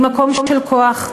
ממקום של כוח,